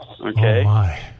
Okay